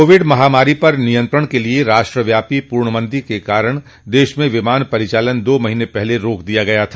Covid महामारी पर नियंत्रण के लिए राष्ट्रव्यापी पूर्णबंदी के कारण देश में विमान परिचालन दो महीने पहले रोक दिया गया था